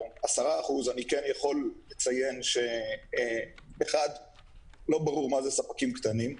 10%. אני כן יכול לציין שאחד לא ברור מה זה ספקים קטנים,